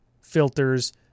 filters